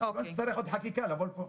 לא נצטרך עוד חקיקה לבוא לפה.